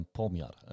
pomiar